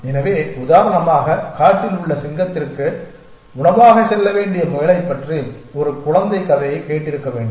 எனவே உதாரணமாக காட்டில் உள்ள சிங்கத்திற்கு உணவாக செல்ல வேண்டிய முயலைப் பற்றி ஒரு குழந்தை கதையைக் கேட்டிருக்க வேண்டும்